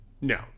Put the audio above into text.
no